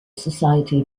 society